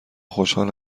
خوشحال